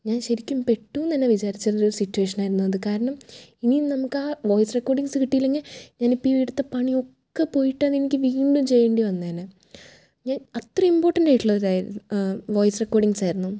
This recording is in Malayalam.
ഞാൻ ശരിക്കും പെട്ടു എന്ന് തന്നെ വിചാരിച്ച ഒരു സിറ്റുവേഷൻ ആയിരുന്നു അത് കാരണം ഇനി നമുക്ക് ആ വോയിസ് റെക്കോർഡിങ്ങ്സ് കിട്ടില്ലങ്ങി ഞാൻ ഇപ്പം ഈ എടുത്ത പണിയൊക്കെ പോയിട്ട് അത് എനിക്ക് വീണ്ടും ചെയ്യേണ്ടി വന്നേനെ ഞാൻ അത്ര ഇമ്പോർട്ടൻ്റ് ആയിട്ടുള്ളതായിരുന്നു വോയിസ് റെക്കോർഡിങ്ങ്സ് ആയിരുന്നു